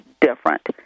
different